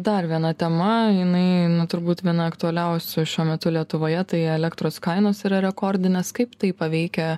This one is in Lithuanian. dar viena tema jinai turbūt viena aktualiausių šiuo metu lietuvoje tai elektros kainos yra rekordinės kaip tai paveikia